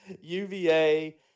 UVA